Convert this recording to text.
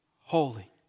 holy